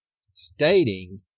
stating